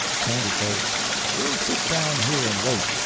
sandy says we'll sit down here and wait.